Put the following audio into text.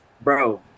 bro